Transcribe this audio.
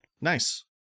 Nice